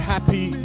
Happy